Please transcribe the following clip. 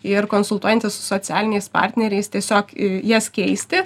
ir konsultuojantis su socialiniais partneriais tiesiog jas keisti